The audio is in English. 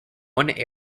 one